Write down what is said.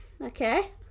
Okay